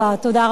תודה רבה לך,